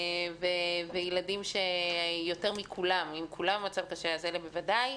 אם כולם במצב קשה, אז אלה בוודאי.